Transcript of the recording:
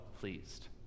pleased